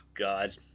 God